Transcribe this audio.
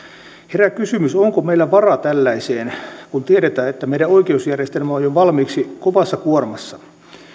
herää kysymys onko meillä varaa tällaiseen kun tiedetään että meidän oikeusjärjestelmä on jo valmiiksi kovassa kuormassa